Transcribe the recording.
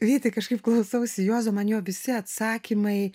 vyti kažkaip klausausi juozo man jo visi atsakymai